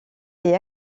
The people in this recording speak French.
est